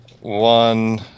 One